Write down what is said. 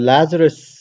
Lazarus